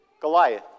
Goliath